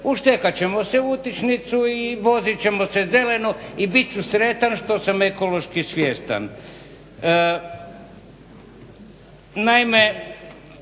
uštekat ćemo se u utičnicu i vozit ćemo se zeleno i bit ću sretan što sam ekološki svjestan.